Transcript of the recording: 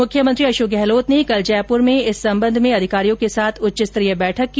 मुख्यमंत्री अशोक गहलोत ने कल जयपुर में इस संबंध में अधिकारियों के साथ उच्चस्तरीय बैठक की